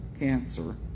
cancer